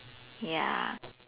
ya